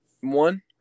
one